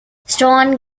stone